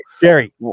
Jerry